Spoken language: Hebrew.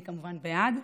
אני בעד,